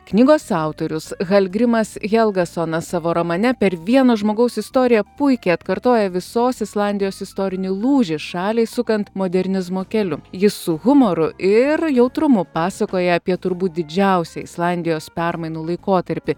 knygos autorius halgrimas helgasonas savo romane per vieno žmogaus istoriją puikiai atkartoja visos islandijos istorinį lūžį šaliai sukant modernizmo keliu jis su humoru ir jautrumu pasakoja apie turbūt didžiausią islandijos permainų laikotarpį